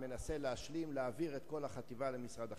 הוא מנסה להשלים ולהעביר את כל החטיבה למשרד החקלאות.